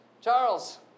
Charles